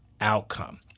outcome